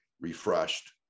refreshed